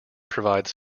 provides